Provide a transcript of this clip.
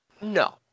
No